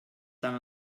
tan